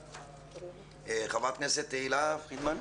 חברת הכנסת תהלה פרידמן.